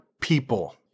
people